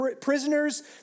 prisoners